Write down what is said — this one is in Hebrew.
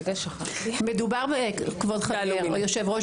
מה לגבי ציפויי